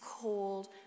cold